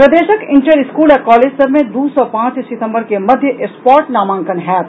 प्रदेशक inter school आ college सभ मे दू सँ पांच सितम्बर के मध्य स्पॉट नामांकन होयत